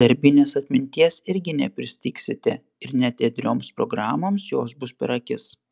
darbinės atminties irgi nepristigsite ir net ėdrioms programoms jos bus per akis